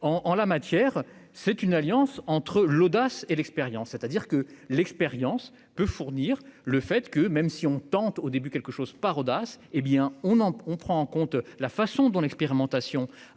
en la matière, c'est une alliance entre l'audace et l'expérience, c'est-à-dire que l'expérience peut fournir le fait que même si on tente au début quelque chose par audace, hé bien on en on prend en compte la façon dont l'expérimentation